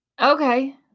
Okay